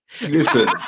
Listen